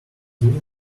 green